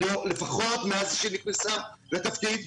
או לפחות מאז שהיא נכנסה לתפקידה,